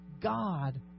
God